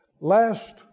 last